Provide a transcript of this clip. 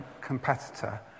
competitor